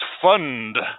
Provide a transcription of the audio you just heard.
fund